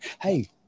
hey